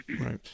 Right